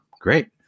Great